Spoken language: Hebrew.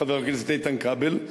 חבר הכנסת איתן כבל,